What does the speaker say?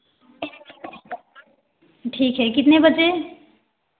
ठीक है कितने बजे